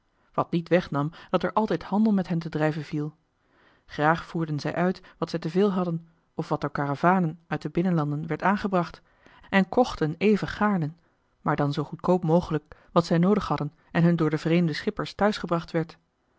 wat niet wegnam dat er altijd handel met hen te drijven viel graag voerden zij uit wat zij te veel hadden of wat door karavanen uit de binnenlanden werd aangebracht en kochten even gaarne maar dan zoo goedkoop mogelijk wat zij noodig hadden en hun door de vreemde schippers thuisgebracht werd